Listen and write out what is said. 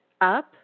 up